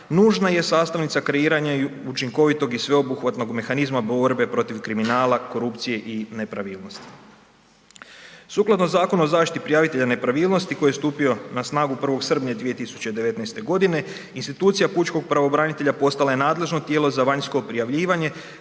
nužna je sastavnica kreiranja i učinkovitog i sveobuhvatnog mehanizma borbe protiv kriminala, korupcije i nepravilnosti. Sukladno Zakonu o zaštiti prijavitelja nepravilnosti koji je stupio na snagu 1. srpnja 2019.g. institucija pučkog pravobranitelja postala je nadležno tijelo za vanjsko prijavljivanje